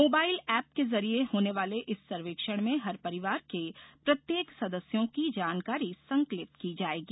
mobile app के जरिये होने वाले इस सर्वेक्षण में हर परिवार के प्रत्येक सदस्यों की जानकारी संकलित की जायेगी